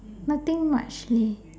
nothing much leh